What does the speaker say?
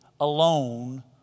alone